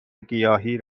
گیاهی